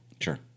Sure